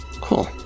Cool